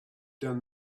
done